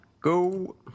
go